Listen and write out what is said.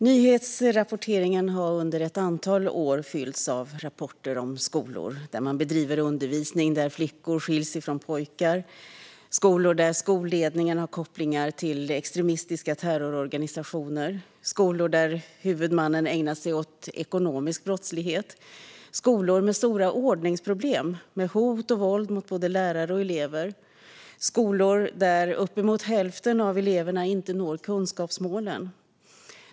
Nyhetsrapporteringen har under ett antal år fyllts av rapporter om skolor där man bedriver undervisning där flickor skiljs från pojkar, skolor där skolledningen har kopplingar till extremistiska terrororganisationer, skolor där huvudmannen ägnar sig åt ekonomisk brottslighet, skolor med stora ordningsproblem och med hot och våld mot både lärare och elever och skolor där uppemot hälften av eleverna inte når kunskapsmålen.